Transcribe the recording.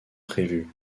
prévu